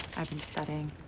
i've been studying.